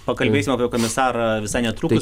pakalbėsim apie komisarą visai netrukus